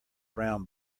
brown